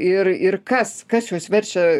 ir ir kas kas juos verčia